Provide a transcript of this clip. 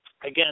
again